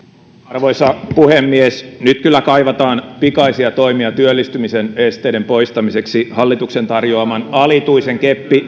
arvoisa puhemies nyt kyllä kaivataan pikaisia toimia työllistymisen esteiden poistamiseksi hallituksen tarjoaman alituisen